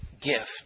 gift